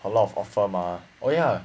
a lot of offer mah oh ya